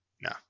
no